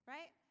Right